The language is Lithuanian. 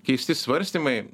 keisti svarstymai